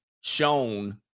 shown